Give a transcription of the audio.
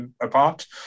apart